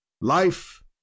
life